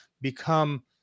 become